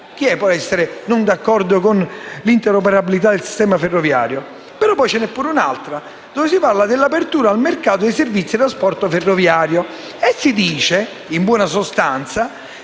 Chi può non essere d'accordo con l'interoperabilità del sistema ferroviario?